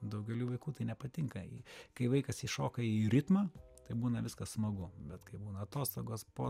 daugeliui vaikų tai nepatinka kai vaikas įšoka į ritmą tai būna viskas smagu bet kai būna atostogos po